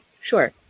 sure